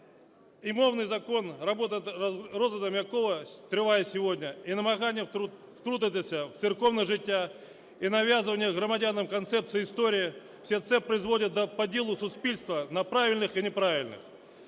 І мовний закон, розгляд якого триває сьогодні, і намагання втрутитися в церковне життя, і нав'язування громадянам концепції історії – все це призводить до поділу суспільства на "правильних" і "неправильних".